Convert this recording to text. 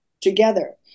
together